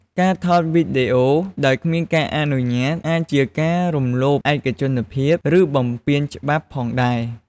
ការថតវីដេអូដោយគ្មានការអនុញ្ញាតអាចជាការរំលោភឯកជនភាព ឬបំពានច្បាប់ផងដែរ។